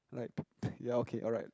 like yeah okay alright